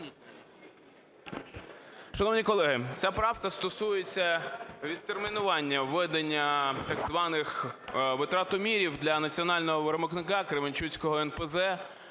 Шановні колеги, ця правка стосується відтермінування введення так званих витратомірів для національного виробника – Кременчуцького НПЗ.